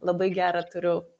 labai gerą turiu